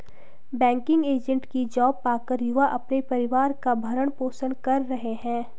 banking agent की job पाकर युवा अपने परिवार का भरण पोषण कर रहे है